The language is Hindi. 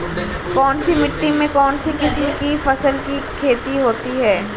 कौनसी मिट्टी में कौनसी किस्म की फसल की खेती होती है?